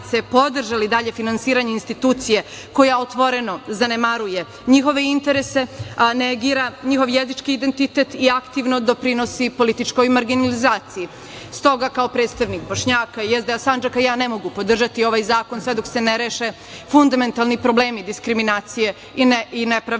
podržali dalje finansiranje institucije koja otvoreno zanemaruje njihove interese, negira njihov jezički identitet i aktivno doprinosi političkoj marginalizaciji. Stoga kao predstavnik Bošnjaka i SDA Sandžaka ja ne mogu podržati ovaj zakon sve dok se ne reše fundamentalni problemi diskriminacije i nepravde